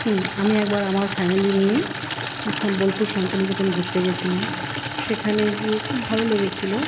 আমি একবার আমার ফ্যামিলি নিয়ে বোলপুর শান্তিনিকেতন ঘুরতে গেছিলাম সেখানে গিয়ে খুব ভালো লেগেছিলো